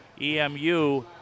EMU